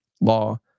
Law